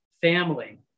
family